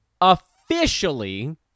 officially